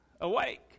awake